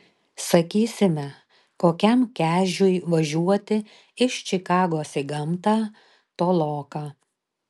sakysime kokiam kežiui važiuoti iš čikagos į gamtą toloka